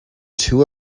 too